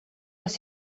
les